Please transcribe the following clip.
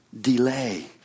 delay